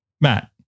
Matt